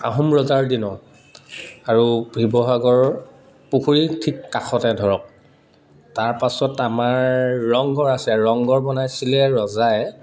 আহোম ৰজাৰ দিনৰ আৰু শিৱসাগৰ পুখুৰী ঠিক কাষতে ধৰক তাৰপাছত আমাৰ ৰংঘৰ আছে ৰংঘৰ বনাইছিলে ৰজাই